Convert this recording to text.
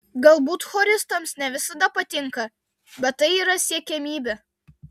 galbūt choristams ne visada patinka bet tai yra siekiamybė